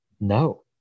no